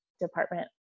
department